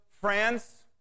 France